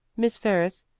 miss ferris,